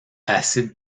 acide